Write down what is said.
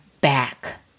back